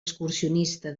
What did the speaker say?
excursionista